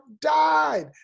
died